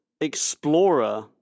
Explorer